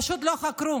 פשוט לא חקרו.